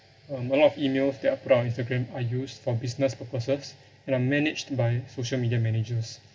um a lot of emails that are put up on instagram are used for business purposes and are managed by social media managers